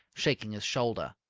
shaking his shoulder.